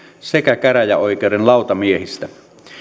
sekä käräjäoikeuden lautamiehistä